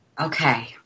Okay